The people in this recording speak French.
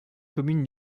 communes